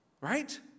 right